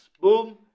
boom